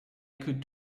could